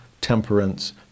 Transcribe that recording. temperance